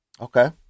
okay